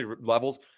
levels